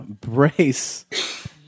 Brace